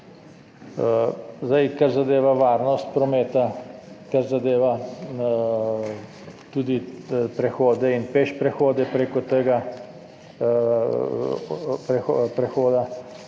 Kar zadeva varnost prometa, kar zadeva tudi prehode in peš prehode preko tega prehoda,